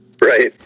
Right